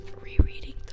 rereading